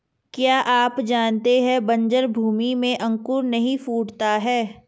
क्या आप जानते है बन्जर भूमि में अंकुर नहीं फूटता है?